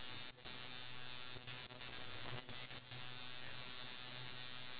I would actually bring the lifestraw you heard about the lifestraw before